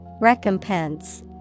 Recompense